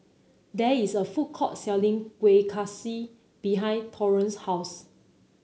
there is a food court selling Kueh Kaswi behind Taurean's house